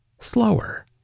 slower